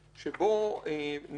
שבו נאמר,